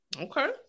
Okay